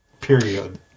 period